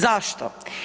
Zašto?